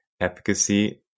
efficacy